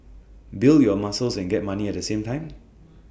build your muscles and get money at the same time